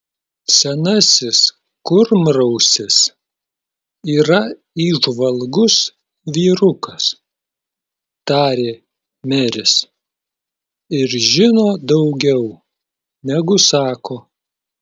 senasis kurmrausis yra įžvalgus vyrukas tarė meris ir žino daugiau negu sako